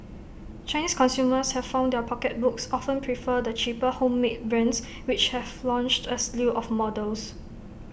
Chinese consumers have found their pocketbooks often prefer the cheaper homemade brands which have launched A slew of models